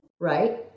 right